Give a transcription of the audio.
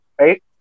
right